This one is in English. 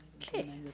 okay,